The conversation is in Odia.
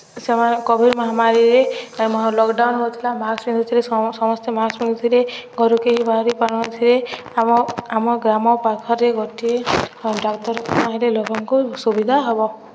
ସେମାନେ କୋଭିଡ଼୍ ମହାମାରୀରେ ଲକ୍ଡାଉନ୍ ହେଉଥିଲା ମାସ୍କ୍ ପିନ୍ଧୁଥିଲେ ସମସ୍ତେ ମାସ୍କ୍ ପିନ୍ଧୁଥିରେ ଘରୁ କେହି ବାହାରି ପାରୁନଥିଲେ ଆମ ଆମ ଗ୍ରାମ ପାଖରେ ଗୋଟିଏ ଡାକ୍ତରଖାନା ହେଲେ ଲୋକଙ୍କୁ ସୁବିଧା ହେବ